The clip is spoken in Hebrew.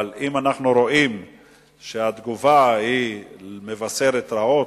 אבל אם אנחנו רואים שהתגובה מבשרת רעות,